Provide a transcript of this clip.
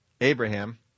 Abraham